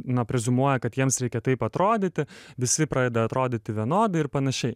na preziumuoja kad jiems reikia taip atrodyti visi pradeda atrodyti vienodai ir panašiai